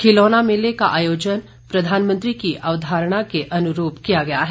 खिलौना मेले का आयोजन प्रधानमंत्री की अवधारणा के अनुरूप किया गया है